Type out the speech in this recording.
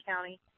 county